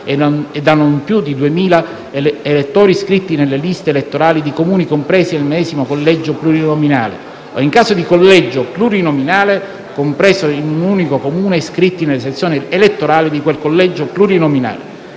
e da non più di 2.000 elettori iscritti nelle liste elettorali di Comuni compresi nei medesimo collegio plurinominale o, in caso di collegio plurinominale compreso in un unico Comune, iscritti nelle sezioni elettorali di quel collegio plurinominale.